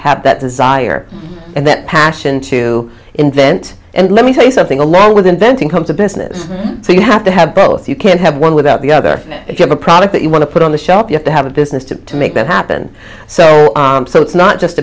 have that desire and that passion to invent and let me tell you something along with inventing comes a business so you have to have both you can't have one without the other if you have a product that you want to put on the shelf you have to have a business to make that happen so it's not just